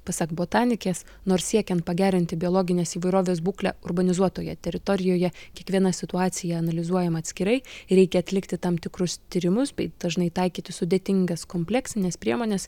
pasak botanikės nors siekiant pagerinti biologinės įvairovės būklę urbanizuotoje teritorijoje kiekviena situacija analizuojama atskirai reikia atlikti tam tikrus tyrimus bei dažnai taikyti sudėtingas kompleksines priemones